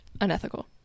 unethical